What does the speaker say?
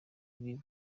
ibibi